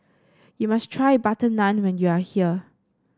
you must try butter naan when you are here